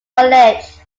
alleged